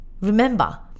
Remember